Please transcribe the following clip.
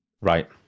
Right